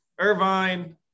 Irvine